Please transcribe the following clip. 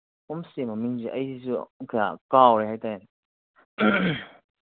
homestay ꯃꯃꯤꯡꯁꯦ ꯑꯩꯁꯨ ꯀꯌꯥ ꯀꯥꯎꯔꯦ ꯍꯥꯏ ꯇꯥꯔꯦꯅꯦ